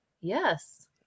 Yes